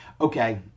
Okay